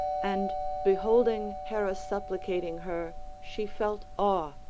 and beholding hera supplicating her she felt awe,